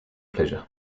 pleasure